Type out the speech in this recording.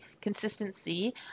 consistency